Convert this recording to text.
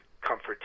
comfort